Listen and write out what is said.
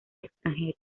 extranjero